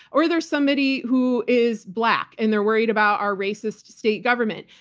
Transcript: or they're somebody who is black, and they're worried about our racist state government.